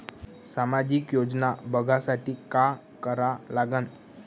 सामाजिक योजना बघासाठी का करा लागन?